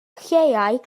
chaeau